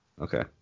Okay